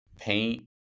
paint